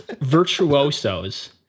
virtuosos